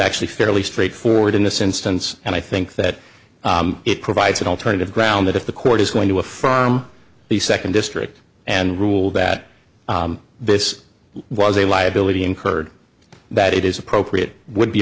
actually fairly straightforward in this instance and i think that it provides an alternative ground that if the court is going to affirm the second district and ruled that this was a liability incurred that it is appropriate would